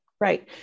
Right